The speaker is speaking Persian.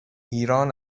ایران